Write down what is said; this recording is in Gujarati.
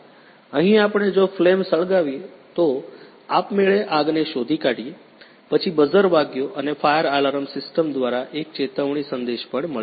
અહીં આપણે જો ફ્લેમ સળગાવીએ તો આપમેળે આગને શોધી કાઢીએ પછી બઝર વાગ્યો અને ફાયર એલાર્મ સિસ્ટમ દ્વારા એક ચેતવણી સંદેશ પણ મળી શકે